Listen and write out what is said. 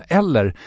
...eller